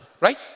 right